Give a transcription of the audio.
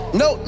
no